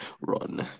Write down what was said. Run